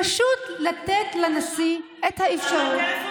פשוט לתת לנשיא את האפשרות,